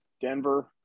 Denver